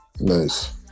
nice